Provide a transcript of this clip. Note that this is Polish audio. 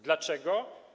Dlaczego?